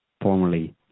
formerly